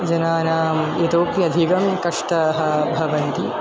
जनानाम् यतोप्यधिकं कष्टाः भवन्ति